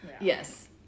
Yes